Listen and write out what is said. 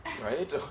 right